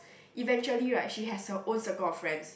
eventually right she has her own circle of friends